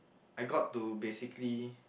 I got to basically